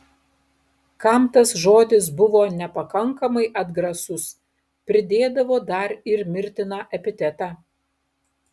kam tas žodis buvo nepakankamai atgrasus pridėdavo dar ir mirtiną epitetą